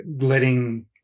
letting